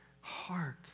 heart